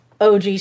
OG